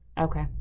Okay